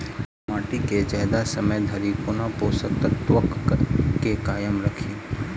माटि केँ जियादा समय धरि कोना पोसक तत्वक केँ कायम राखि?